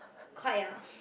quite ah